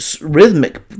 rhythmic